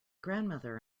grandmother